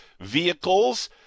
vehicles